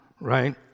right